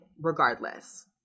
regardless